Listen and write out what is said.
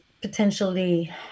potentially